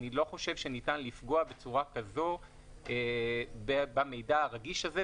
אני לא חושב שניתן לפגוע בצורה כזו במידע הרגיש הזה,